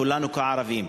כולנו כערבים,